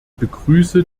begrüße